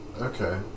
okay